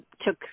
took